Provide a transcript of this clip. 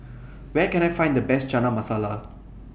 Where Can I Find The Best Chana Masala